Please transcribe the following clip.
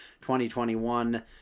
2021